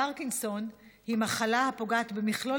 הפרקינסון היא מחלה הפוגעת במכלול